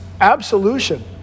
absolution